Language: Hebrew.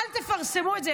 אל תפרסמו את זה,